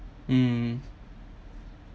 mm